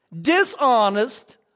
dishonest